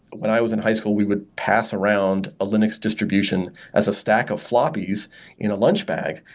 when i was in high school, we would pass around a linux distribution as a stack of floppies in a lunch bag,